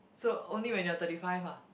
so only when you're thirty five ah